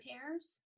pairs